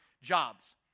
jobs